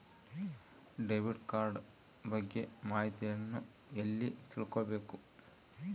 Debit card ಬಗ್ಗೆ ಮಾಹಿತಿಯನ್ನ ಎಲ್ಲಿ ತಿಳ್ಕೊಬೇಕು?